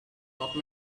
not